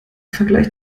vergleich